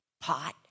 pot